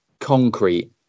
concrete